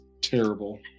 Terrible